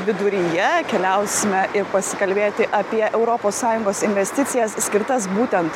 viduryje keliausime ir pasikalbėti apie europos sąjungos investicijas skirtas būtent